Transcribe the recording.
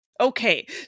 Okay